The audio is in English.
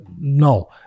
no